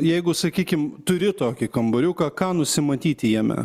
jeigu sakykim turi tokį kambariuką ką nusimatyti jame